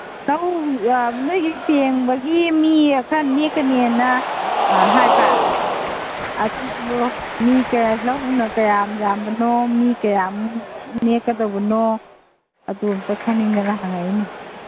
ꯂꯧ ꯅꯣꯏꯒꯤ ꯄꯦꯡꯕꯒꯤ ꯃꯤ ꯈꯔ ꯅꯦꯛꯀꯅꯦꯅ ꯍꯥꯏꯕ ꯑꯗꯨꯗꯣ ꯃꯤ ꯀꯌꯥ ꯂꯧꯅ ꯀꯌꯥꯝ ꯌꯥꯝꯕꯅꯣ ꯃꯤ ꯀꯌꯥꯃꯨꯛ ꯅꯦꯛꯀꯗꯧꯕꯅꯣ ꯑꯗꯨ ꯑꯃꯇ ꯈꯪꯅꯤꯡꯗꯅ ꯍꯪꯉꯛꯏꯅꯤ